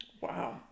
wow